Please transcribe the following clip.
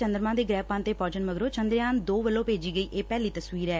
ਚੰਦਰਮਾ ਦੇ ਗੁਹਿਪੰਥ ਤੇ ਪਹੁੰਚਣ ਮਗਰੋਂ ਚੰਦਰਯਾਨ ਦੋ ਵੱਲੋਂ ਭੇਜੀ ਗਈ ਇਹ ਪਹਿਲੀ ਤਸਵੀਰ ਐ